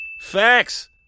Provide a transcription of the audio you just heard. Facts